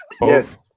Yes